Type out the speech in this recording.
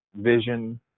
vision